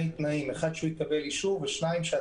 תנאים: אחד שהוא יקבל אישור ודבר שני,